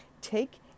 Take